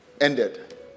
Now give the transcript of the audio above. ended